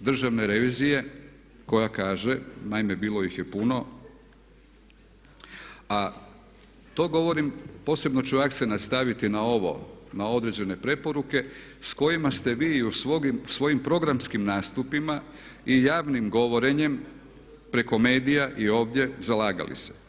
Državne revizije koja kaže, naime bilo ih je puno, a to govorim, posebno ću akcenat staviti na ovo, na određene preporuke s kojima ste vi u svojim programskim nastupima i javnim govorenjem preko medija i ovdje zalagali se.